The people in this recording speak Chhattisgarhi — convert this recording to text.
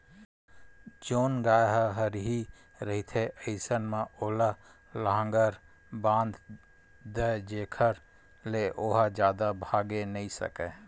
जेन गाय ह हरही रहिथे अइसन म ओला लांहगर बांध दय जेखर ले ओहा जादा भागे नइ सकय